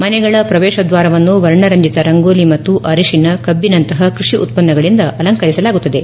ಮನೆಗಳ ಪ್ರವೇಶದ್ವಾರವನ್ನು ವರ್ಣರ ರಂಜಿತ ರಂಗೋಲಿ ಮತ್ತು ಅರಿಶಿನ ಶುಂಠಿ ಮತ್ತು ಕಬ್ಬಿನಂತಹ ಕೃಷಿ ಉತ್ಪನ್ನಗಳಿಂದ ಅಲಂಕರಿಸಲಾಗುತ್ತದೆ